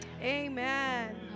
Amen